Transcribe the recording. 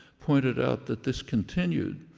pointed out that this continued,